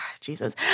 Jesus